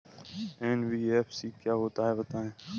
NBFC क्या होता है बताएँ?